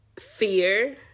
fear